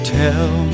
tell